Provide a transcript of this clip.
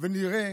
ונראה